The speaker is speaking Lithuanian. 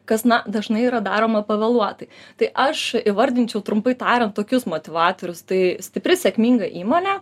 kas na dažnai yra daroma pavėluotai tai aš įvardinčiau trumpai tariant tokius motyvatorius tai stipri sėkminga įmonė